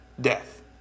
death